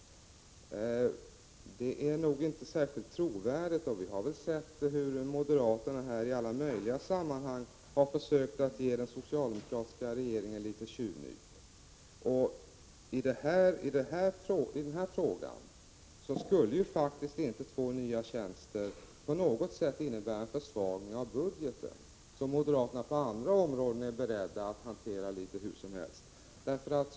Det är nog inte särskilt trovärdigt. Vi har ju sett hur moderaterna i alla möjliga sammanhang har försökt att ge den socialdemokratiska regeringen tjuvnyp. I det här fallet skulle dessutom inte två nya tjänster på något sätt innebära någon försvagning av budgeten, som moderaterna när det gäller andra områden är beredda att hantera litet hur som helst.